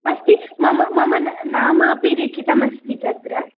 अस्ति मम मम नाम अपि लिखितमस्ति तत्र